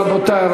רבותי.